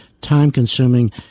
time-consuming